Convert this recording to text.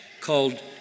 called